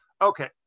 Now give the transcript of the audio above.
Okay